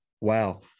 Wow